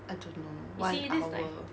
I don't know one hour